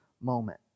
moment